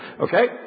Okay